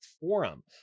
forum